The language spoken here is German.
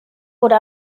wurde